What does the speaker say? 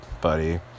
buddy